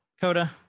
Coda